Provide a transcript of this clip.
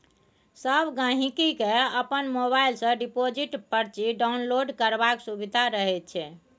सब गहिंकी केँ अपन मोबाइल सँ डिपोजिट परची डाउनलोड करबाक सुभिता रहैत छै